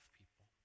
people